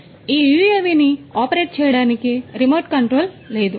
కాబట్టి ఈ యుఎవిని ఆపరేట్ చేయడానికి రిమోట్ కంట్రోల్ లేదు